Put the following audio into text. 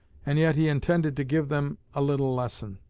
and yet he intended to give them a little lesson.